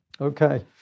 Okay